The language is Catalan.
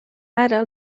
ara